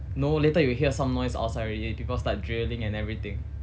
no later you hear some noise outside already people start drilling and everything